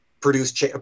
produce